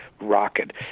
rocket